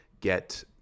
get